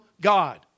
God